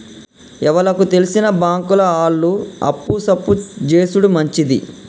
ఎవలకు తెల్సిన బాంకుల ఆళ్లు అప్పు సప్పు జేసుడు మంచిది